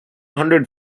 hundred